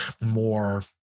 more